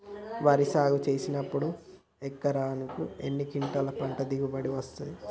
వరి సాగు చేసినప్పుడు ఎకరాకు ఎన్ని క్వింటాలు పంట దిగుబడి వస్తది?